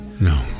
No